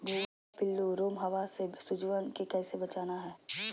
भुवा पिल्लु, रोमहवा से सिजुवन के कैसे बचाना है?